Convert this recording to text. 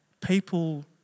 people